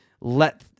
let